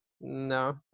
no